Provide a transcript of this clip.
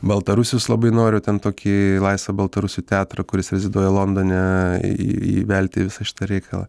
baltarusius labai noriu ten tokį laisvą baltarusių teatrą kuris reziduoja londone į į įvelti į visą šitą reikalą